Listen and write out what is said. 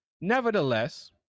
nevertheless